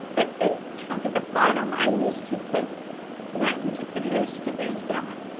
but the chunk at the bottom i used to put my youtube video stickers down.